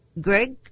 Greg